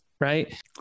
Right